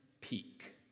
peak